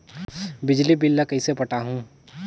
बिजली बिल ल कइसे पटाहूं?